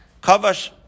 Kavash